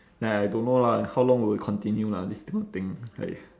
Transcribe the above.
ya I don't know lah how long will it continue lah this kind of thing like